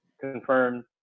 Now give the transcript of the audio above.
confirmed